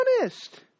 honest